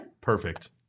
Perfect